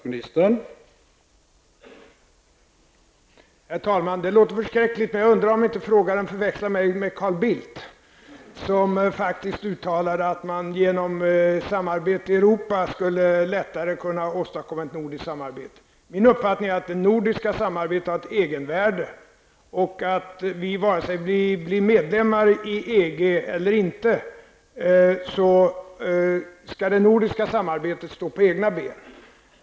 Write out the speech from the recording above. Herr talman! Det låter förskräckligt. Jag undrar om inte frågeställaren förväxlar mig med Carl Bildt, som faktiskt uttalat att man genom samarbete i Europa lättare skulle kunna åstadkomma ett nordiskt samarbete. Min uppfattning är att det nordiska samarbetet har ett egenvärde och att vare sig vi blir medlemmar i EG eller inte skall det nordiska samarbetet stå på egna ben.